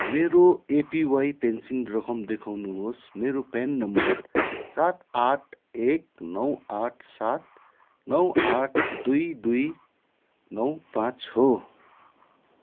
मेरो APY pension रकम देखाउनुहोस् मेरो प्यान नम्बर सात आठ एक एक नौ आठ सात नौ आठ दुई दुई नौ पाँच हो